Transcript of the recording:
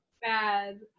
bad